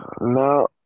No